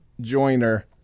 joiner